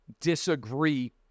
disagree